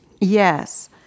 yes